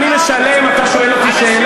איפה אתה,